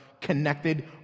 connected